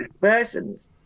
persons